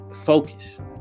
focus